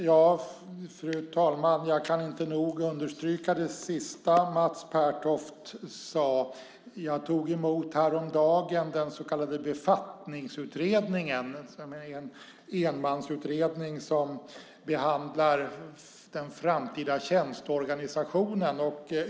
Fru talman! Jag kan inte nog understryka det sista Mats Pertoft sade. Jag tog häromdagen emot den så kallade Befattningsutredningen. Det är en enmansutredning som behandlar den framtida tjänsteorganisationen.